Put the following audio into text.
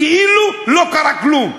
כאילו לא קרה כלום.